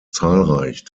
zahlreich